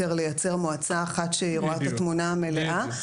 לייצר מועצה אחת שהיא רואה את התמונה המלאה,